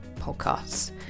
podcasts